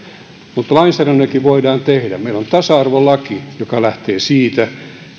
mutta lainsäädännölläkin voidaan tehdä meillä on tasa arvolaki joka lähtee siitä